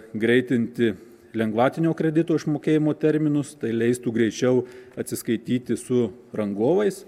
greitinti lengvatinio kredito išmokėjimo terminus tai leistų greičiau atsiskaityti su rangovais